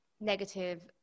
negative